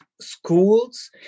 schools